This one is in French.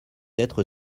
d’être